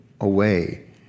away